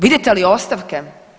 Vidite li ostavke?